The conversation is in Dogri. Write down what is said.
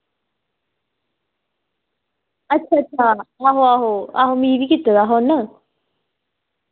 अच्छा आहो आहो मिगी बी कीते दा हा उ'नें